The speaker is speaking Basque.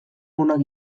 onak